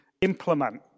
implement